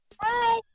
Hi